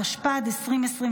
התשפ"ד 2024,